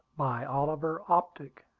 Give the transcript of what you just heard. by oliver optic